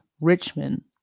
Richmond